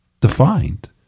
defined